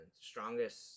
strongest